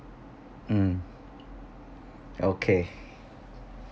mm okay